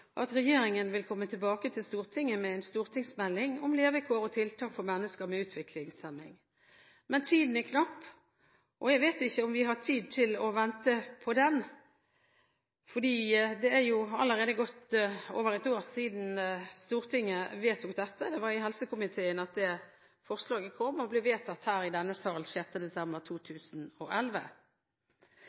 at regjeringen vil komme tilbake til Stortinget med en stortingsmelding om levekår og tiltak for mennesker med utviklingshemning, men tiden er knapp. Jeg vet ikke om vi har tid til å vente på den, for det er jo allerede godt over et år siden Stortinget vedtok dette. Det var i helsekomiteen at forslaget kom, og det ble vedtatt her i denne sal 6. desember 2011.